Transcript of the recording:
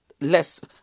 less